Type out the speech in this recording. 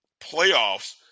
playoffs